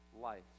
life